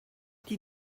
die